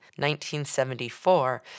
1974